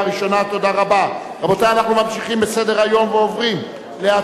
27 בעד, אין מתנגדים, אין נמנעים.